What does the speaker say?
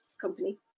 company